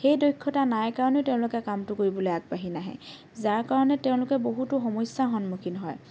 সেই দক্ষতা নাই কাৰণেও তেওঁলোকে কামটো কৰিবলৈ আগবাঢ়ি নাহে যাৰ কাৰণে তেওঁলোকে বহুতো সমস্যাৰ সন্মুখীন হয়